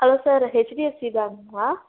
hello sir HDFC bank